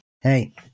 Hey